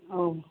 ഓ